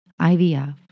IVF